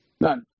None